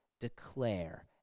declare